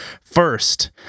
First